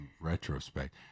retrospect